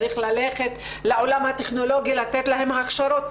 צריך ללכת לעולם הטכנולוגי לתת להן הכשרות,